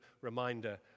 reminder